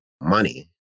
money